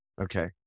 Okay